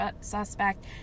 suspect